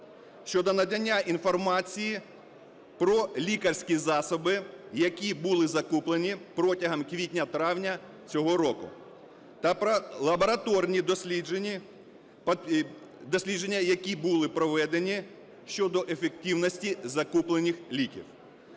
щодо надання інформації про лікарські засоби, які були закуплені протягом квітня-травня цього року, та про лабораторні дослідження, які були проведені щодо ефективності закуплених ліків.